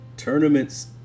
tournaments